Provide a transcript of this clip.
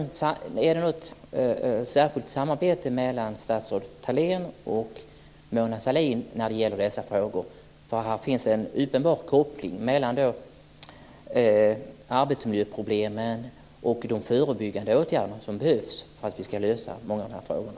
Sker det något samarbete mellan statsrådet Thalén och Mona Sahlin i dessa frågor? Här finns en uppenbar koppling mellan arbetsmiljöproblemen och de förebyggande åtgärder som behövs för att vi ska lösa många av frågorna.